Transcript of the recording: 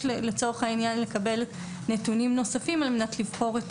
לצורך העניין לקבל נתונים נוספים על מנת לבחור את